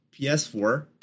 PS4